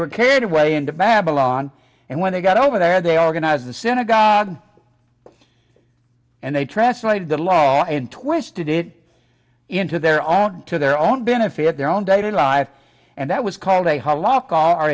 were catered way into babylon and when they got over there they organized the synagogue and they translated the law and twisted it into their own to their own benefit their own dating life and that was called a